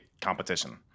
competition